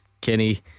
Kenny